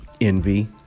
envy